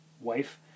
wife